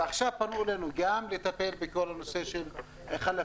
ועכשיו פנו אלינו גם לטפל בכל הנושא של חלפים,